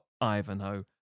Ivanhoe